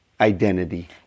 identity